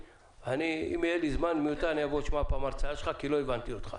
אם יהיה לי זמן מיותר אני אבוא לשמוע הרצאה שלך כי לא הבנתי אותך.